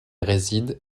réside